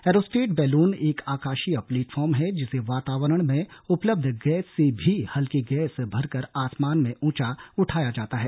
aerostat balloon एक आकाशीय platform है जिसे वातावरण में उपलब्ध गैस से भी हल्की गैस भरकर आसमान में ऊंचा उठाया जाता है